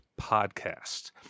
podcast